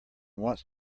wants